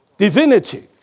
divinity